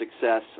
success